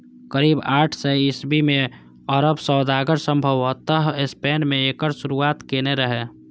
करीब आठ सय ईस्वी मे अरब सौदागर संभवतः स्पेन मे एकर शुरुआत केने रहै